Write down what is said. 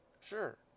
Sure